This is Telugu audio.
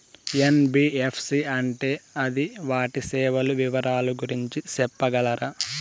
ఎన్.బి.ఎఫ్.సి అంటే అది వాటి సేవలు వివరాలు గురించి సెప్పగలరా?